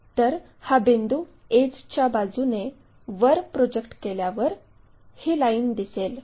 तर हा बिंदू एड्जच्या बाजूने वर प्रोजेक्ट केल्यावर ही लाईन दिसेल